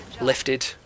lifted